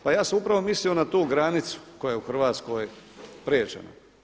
Pa ja sam upravo mislio na tu granicu koja je u Hrvatskoj prijeđena.